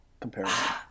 comparison